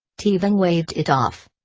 teabing waved it off.